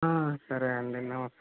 సరే అండి నమస్తే